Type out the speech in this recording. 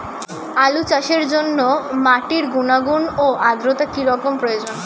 আলু চাষের জন্য মাটির গুণাগুণ ও আদ্রতা কী রকম প্রয়োজন?